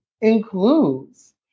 includes